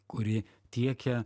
kuri tiekia